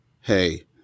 hey